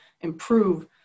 improve